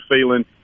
feeling